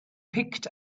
picked